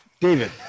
David